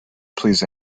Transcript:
please